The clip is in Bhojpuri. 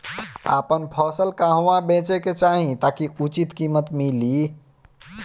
आपन फसल कहवा बेंचे के चाहीं ताकि उचित कीमत मिली?